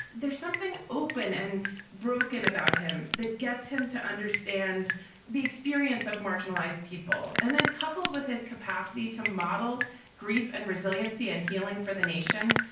there's something open and broken about him that gets him to understand the experience of marginalized people and then coupled with his capacity to model grief and resiliency and healing for the nation.